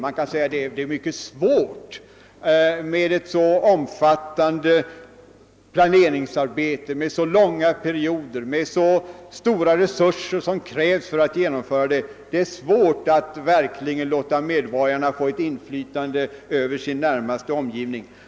Med ett så omfattande planeringsarbete, med så långa perioder och med hänsyn till de stora resurser som krävs är det svårt att verkligen låta medborgarna få ett inflytande över sin närmaste omgivning.